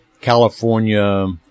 California